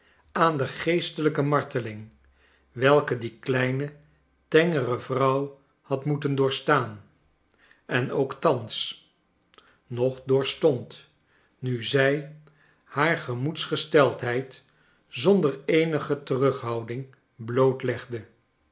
aan de geestelijke marteling welke die kleine tengere vrouw had moeten doorstaan en ook thans nog doorstond nu zij haar gemoedsgesteldheid zonder eenige terughouding bloot legde